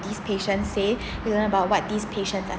these patients say we learn about what these patients are